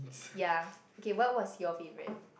ya okay what was your favorite